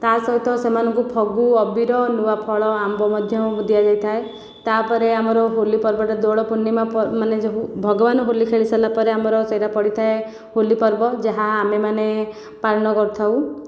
ତା'ସହିତ ସେମାନଙ୍କୁ ଫଗୁ ଅବିର ନୂଆଫଳ ଆମ୍ବ ମଧ୍ୟ ଦିଆଯାଇଥାଏ ତା'ପରେ ଆମର ହୋଲି ପର୍ବଟା ଦୋଳପୂର୍ଣ୍ଣିମା ମାନେ ଯେଉଁ ଭଗବାନ ହୋଲି ଖେଳି ସାରିଲା ପରେ ଆମର ସେହିଟା ପଡ଼ିଥାଏ ହୋଲି ପର୍ବ ଯାହା ଆମେମାନେ ପାଳନ କରିଥାଉ